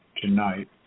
tonight